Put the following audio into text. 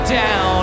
down